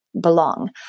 belong